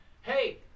hey